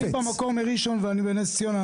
אני במקור מראשון לציון ואני גר בנס ציונה.